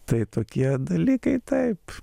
tai tokie dalykai taip